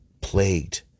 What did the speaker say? plagued